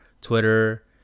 twitter